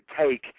Take